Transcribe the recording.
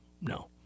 no